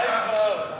מה קרה לכם.